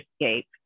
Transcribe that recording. escape